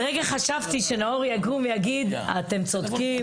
אני לרגע חשבתי שנאור יקום ויגיד אתם צודקים,